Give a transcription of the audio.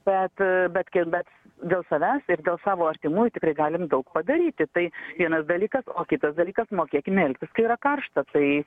bet bet kiek bet dėl savęs ir dėl savo artimųjų tikrai galim daug padaryti tai vienas dalykas o kitas dalykas mokėkime elgtis kai yra karšta tai